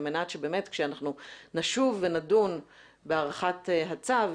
על מנת שבאמת כשאנחנו נשוב ונדון בהארכת הצו,